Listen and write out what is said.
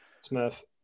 Smith